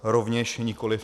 Rovněž nikoli.